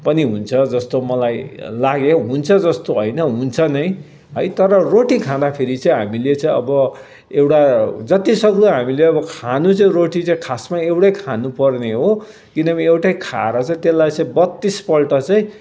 जस्तो पनि मलाई लाग्यो हुन्छ जस्तो होइन हुन्छ नै है तर रोटी खाँदा फेरि चाहिँ हामीले चाहिँ अब एउटा जति सक्दो हामीले अब खानु चाहिँ रोटी चै खासमा एउटै खानु पर्ने हो किनभने एउटै खाएर चाहिँ त्यसलाई चाहिँ बत्तिसपल्ट चाहिँ